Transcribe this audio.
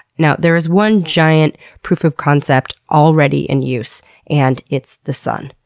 now, there's one giant proof of concept already in use and it's the sun.